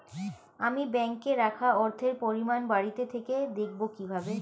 আমি ব্যাঙ্কে রাখা অর্থের পরিমাণ বাড়িতে থেকে দেখব কীভাবে?